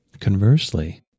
Conversely